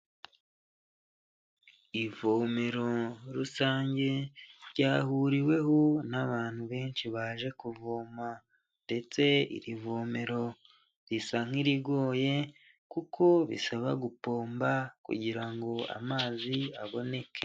Ivomero rusange ryahuriweho n'abantu benshi baje kuvoma ndetse irivomero risa nkirigoye kuko bisaba gupomba kugirango amazi aboneke.